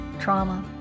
trauma